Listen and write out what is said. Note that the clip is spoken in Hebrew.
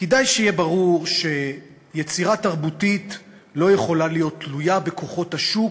כדאי שיהיה ברור שיצירה תרבותית לא יכולה להיות תלויה בכוחות השוק,